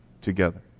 together